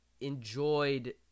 enjoyed